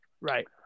Right